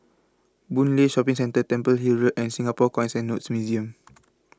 Boon Lay Shopping Centre Temple Hill Road and Singapore Coins and Notes Museum